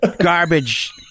garbage